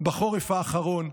בחורף האחרון,